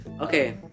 Okay